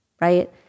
Right